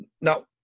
Now